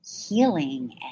healing